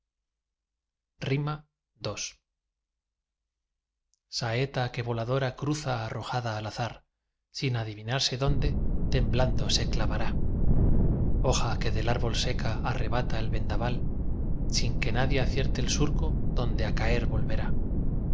ii saeta que voladora cruza arrojada al azar sin adivinarse dónde temblando se clavará hoja que del árbol seca arrebata el vendaval sin que nadie acierte el surco donde á caer volverá